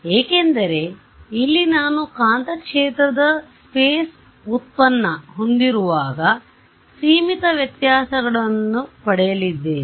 ಏಕೆಂದರೆ ಇಲ್ಲಿ ನಾನು ಕಾಂತಕ್ಷೇತ್ರದ ಸ್ಫೇಸ್ ವ್ಯುತ್ಪನ್ನ ಹೊಂದಿರುವಾಗ ಸೀಮಿತ ವ್ಯತ್ಯಾಸಗಳನ್ನು ಪಡೆಯಲಿದ್ದೇನೆ